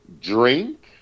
drink